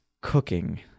cooking